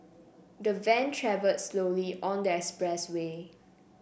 the van travelled slowly on the expressway